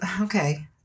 Okay